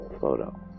photo